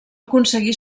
aconseguí